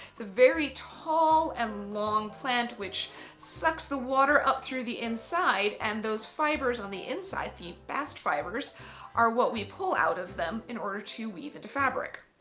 it's a very tall and long plant which sucks the water up through the inside and those fibres on the inside, the best fibres are what we pull out of them in order to weave into fabric.